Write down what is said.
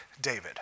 David